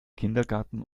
kindergarten